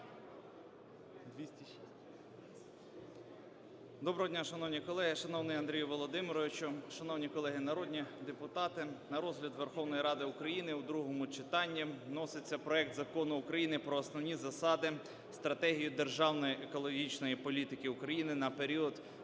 Доброго дня, шановні колеги, шановний Андрію Володимировичу, шановні колеги народні депутати! На розгляд Верховної Ради України у другому читанні вноситься проект Закону України про Основні засади (стратегію) державної екологічної політики України на період